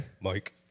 Mike